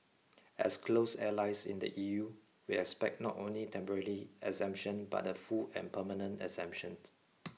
as close allies in the E U we expect not only temporarily exemption but a full and permanent exemption